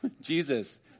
Jesus